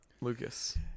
lucas